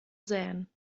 sähen